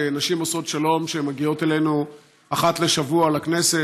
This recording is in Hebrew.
נשים עושות שלום שמגיעות אלינו אחת לשבוע לכנסת,